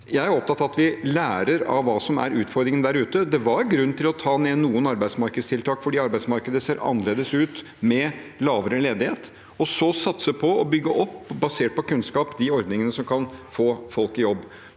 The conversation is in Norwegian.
Jeg er opptatt av at vi lærer av det som er utfordringene der ute. Det var grunn til å ta ned noen arbeidstiltak, fordi arbeidsmarkedet ser annerledes ut med lavere ledighet, og så satse på – basert på kunnskap – å bygge opp de ordningene som kan få folk i jobb.